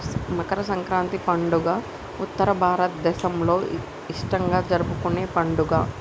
మకర సంక్రాతి పండుగ ఉత్తర భారతదేసంలో ఇష్టంగా జరుపుకునే పండుగ